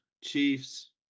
Chiefs